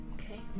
Okay